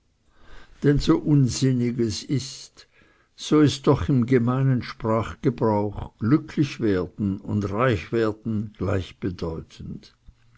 denn so unsinnig es ist so ist doch im gemeinen sprachgebrauch glücklichwerden und reichwerden gleichbedeutend